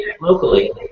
locally